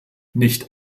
nicht